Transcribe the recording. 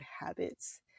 habits